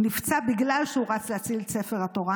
הוא נפצע בגלל שהוא רץ להציל את ספר התורה.